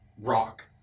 rock